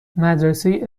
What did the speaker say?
مدرسه